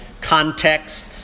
context